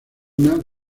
una